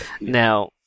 Now